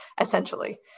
essentially